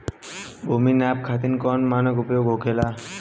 भूमि नाप खातिर कौन मानक उपयोग होखेला?